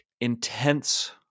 intense